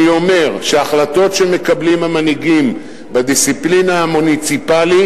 אני אומר שהחלטות שמקבלים המנהיגים בדיסציפלינה המוניציפלית